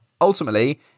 ultimately